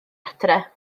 adre